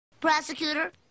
Prosecutor